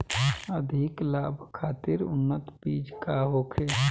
अधिक लाभ खातिर उन्नत बीज का होखे?